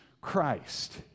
Christ